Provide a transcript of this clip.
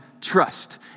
Trust